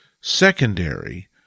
secondary